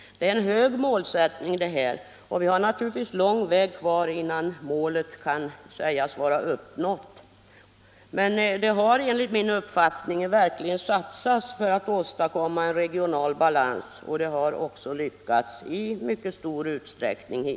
Det är en hög målsättning, och vi har naturligtvis lång väg kvar innan målet kan sägas vara uppnått. Men det har, enligt min uppfattning, verkligen satsats för att åstadkomma en regional balans och det har också hittills lyckats i mycket stor utsträckning.